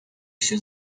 się